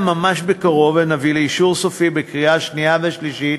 ממש בקרוב נביא לאישור סופי בקריאה שנייה ושלישית